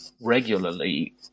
regularly